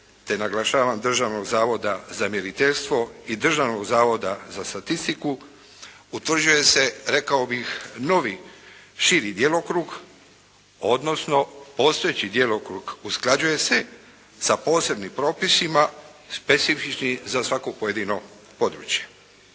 te naglašavam Državnog zavoda za mjeriteljstvo i Državnog zavoda za statistiku utvrđuje se rekao bih novi, širi djelokrug odnosno postojeći djelokrug usklađuje sa posebnim propisima specifičnim za svako pojedino područje.